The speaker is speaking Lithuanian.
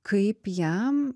kaip jam